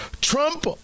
Trump